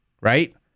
Right